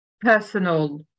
personal